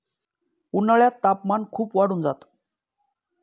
उन्हाळ्यात तापमान खूप वाढून जात